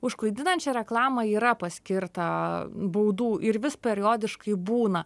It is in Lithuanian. už klaidinančią reklamą yra paskirta baudų ir vis periodiškai būna